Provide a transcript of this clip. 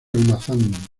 almazán